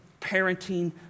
parenting